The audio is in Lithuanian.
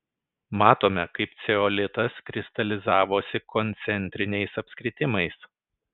matome kaip ceolitas kristalizavosi koncentriniais apskritimais